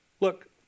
Look